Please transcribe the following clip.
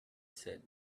said